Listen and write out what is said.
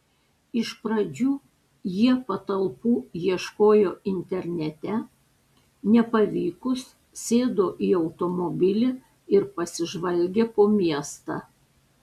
iš pradžių jie patalpų ieškojo internete nepavykus sėdo į automobilį ir pasižvalgė po miestą